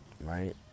right